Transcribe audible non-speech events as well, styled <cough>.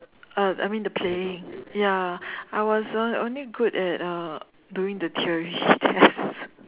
uh I mean the playing ya I was only good at uh doing the theory tests <breath>